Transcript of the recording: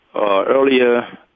earlier